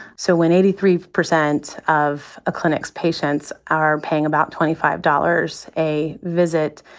so when eighty three percent of a clinic's patients are paying about twenty five dollars a visit,